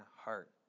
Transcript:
heart